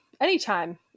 anytime